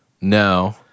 no